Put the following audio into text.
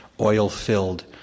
oil-filled